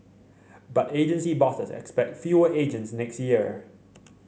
but agency bosses expect fewer agents next year